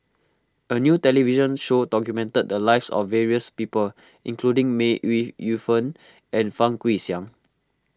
a new television show documented the lives of various people including May Ooi Yu Fen and Fang Guixiang